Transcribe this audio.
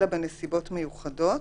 אלא בנסיבות מיוחדות,